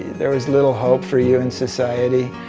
there was little hope for you in society.